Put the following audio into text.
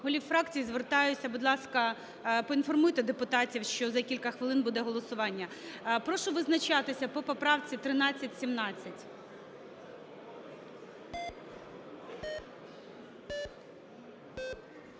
голів фракцій звертаюся: будь ласка, поінформуйте депутатів, що за кілька хвилин буде голосування. Прошу визначатися по поправці 1317.